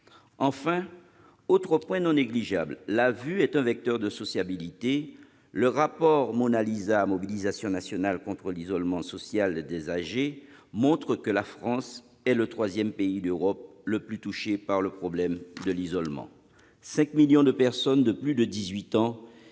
Enfin, autre point non négligeable, la vue est un vecteur de sociabilité. Le rapport MONALISA- Mobilisation nationale contre l'isolement social des âgés -montre que la France est le troisième pays d'Europe le plus touché par le problème de l'isolement